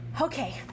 Okay